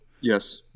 Yes